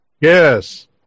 Yes